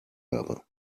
habe